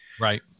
right